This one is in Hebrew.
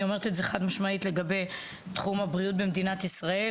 ואני אומרת את זה לגבי כל תחום במערכת הבריאות במדינת ישראל,